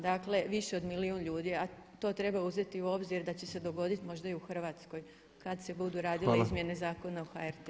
Dakle, više od milijun ljudi, a to treba uzeti u obzir da će se dogoditi možda i u Hrvatskoj kad se budu radile izmjene Zakona o HRT-u.